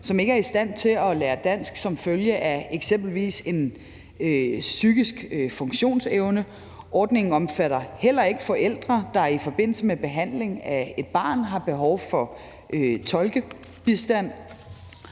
som ikke er i stand til at lære dansk som følge af eksempelvis deres psykiske funktionsevne. Ordningen omfatter heller ikke forældre, der i forbindelse med behandling af et barn har behov for tolkebistand.